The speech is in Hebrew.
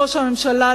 ראש הממשלה,